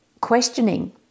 questioning